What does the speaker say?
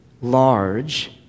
large